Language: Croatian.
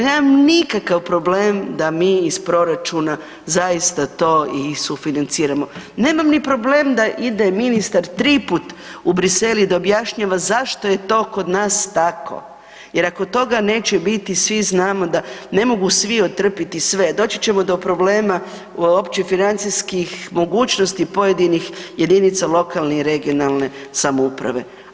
Nemam nikakav problem da mi iz proračuna zaista to i sufinanciramo, nemam ni problem da ide ministar tri put u Bruxelles i da objašnjava zašto je to kod nas tako jer ako toga neće biti svi znamo ne mogu svi otrpiti sve, doći ćemo do problema uopće financijskih mogućnosti pojedinih lokalne i regionalne samouprave.